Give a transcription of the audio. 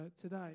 today